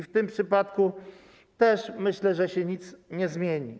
W tym przypadku, jak myślę, też się nic nie zmieni.